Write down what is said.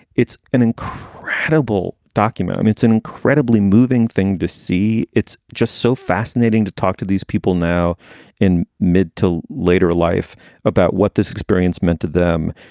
it's an incredible document. it's an incredibly moving thing to see. it's just so fascinating to talk to these people now in mid to later life about what this experience meant to them.